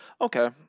Okay